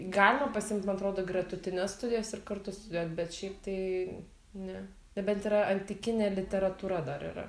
galima pasiimt man atrodo gretutines studijas ir kartu studijuot bet šiaip tai ne nebent yra antikinė literatūra dar yra